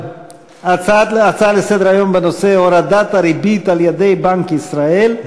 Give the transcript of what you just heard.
הצעה לסדר-היום בנושא: הורדת הריבית על-ידי בנק ישראל,